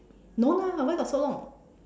no lah where got so long